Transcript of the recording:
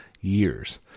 years